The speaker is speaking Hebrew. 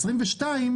2022,